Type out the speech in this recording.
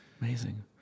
amazing